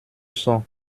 son